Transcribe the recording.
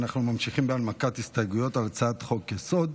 אנחנו ממשיכים בהנמקת ההסתייגויות להצעת חוק-יסוד: